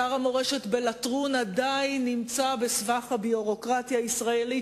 אתר המורשת בלטרון עדיין נמצא בסבך הביורוקרטיה הישראלית,